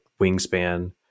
wingspan